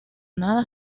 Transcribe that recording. nada